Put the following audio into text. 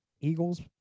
Eagles